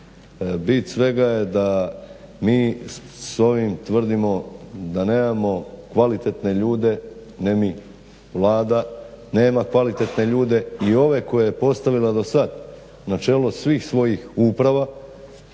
Bit svega da mi s ovim tvrdimo da nemamo kvalitetne ljude, ne mi, Vlada nema kvalitetne ljude i ove koje je postavila do sad na čelo svih svojih uprava,